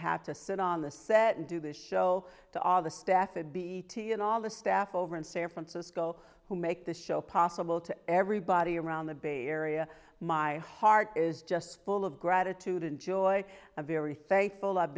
have to sit on the set and do this show to all the staff and beatty and all the staff over in san francisco who make this show possible to everybody around the bay area my heart is just full of gratitude and joy a very thankful i've